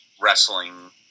wrestling